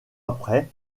après